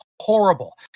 horrible